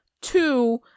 two